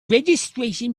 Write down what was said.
registration